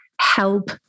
help